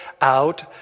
out